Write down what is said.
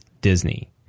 Disney